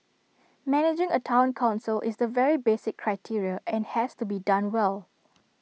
managing A Town Council is the very basic criteria and has to be done well